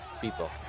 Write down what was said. people